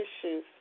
issues